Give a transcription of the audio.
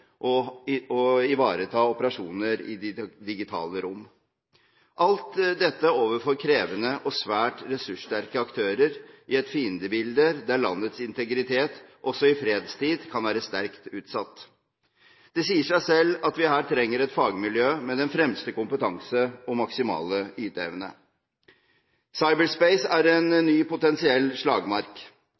ivareta operasjoner i det digitale rom – alt dette overfor krevende og svært ressurssterke aktører i et fiendebilde der landets integritet også i fredstid kan være sterkt utsatt. Det sier seg selv at vi her trenger et fagmiljø med den fremste kompetanse og maksimale yteevne. Cyberspace er en ny potensiell slagmark.